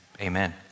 amen